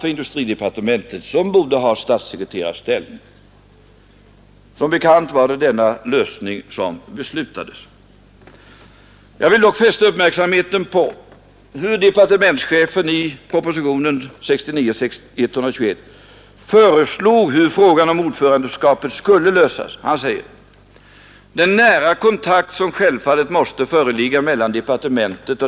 Där inträffade något som jag inte tycker att man kan beskylla bolaget för, nämligen att det i samband med den våldsamma höststormen 1969 föll ned en hel del träd, som fanns på den intilliggande av tomtbolaget ägda tomten. De har blivit liggande.